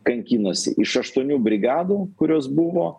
kankinosi iš aštuonių brigadų kurios buvo